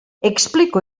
explico